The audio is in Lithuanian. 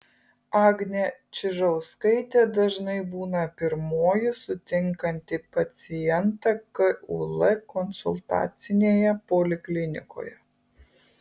agnė čižauskaitė dažnai būna pirmoji sutinkanti pacientę kul konsultacinėje poliklinikoje